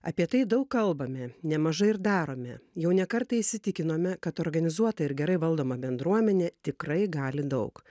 apie tai daug kalbame nemažai ir darome jau ne kartą įsitikinome kad organizuota ir gerai valdoma bendruomenė tikrai gali daug